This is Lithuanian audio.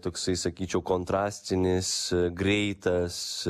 toksai sakyčiau kontrastinis greitas